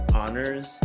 honors